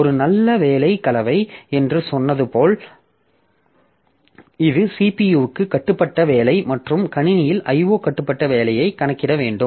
ஒரு நல்ல வேலை கலவை என்று சொன்னது போல இது CPU க்கு கட்டுப்பட்ட வேலை மற்றும் கணினியில் IO கட்டுப்பட்ட வேலையை கணக்கிட வேண்டும்